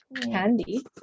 Candy